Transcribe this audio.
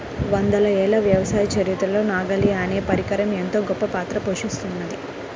వందల ఏళ్ల వ్యవసాయ చరిత్రలో నాగలి అనే పరికరం ఎంతో గొప్పపాత్ర పోషిత్తున్నది